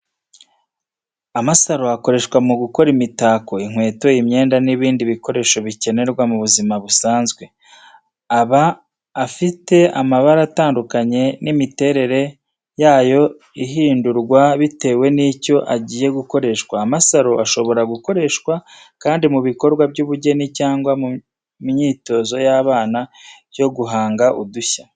Amasaro akoreshwa mu gukora imitako, inkweto, imyenda, n'ibindi bikoresho bikenerwa mu buzima busanzwe. Aba afite amabara atandukanye, n'imiterere yayo ihindurwa bitewe n'icyo agiye gukoreshwa. Amasaro ashobora gukoreshwa kandi mu bikorwa by'ubugeni cyangwa mu myitozo y'abana yo guhanga udushya.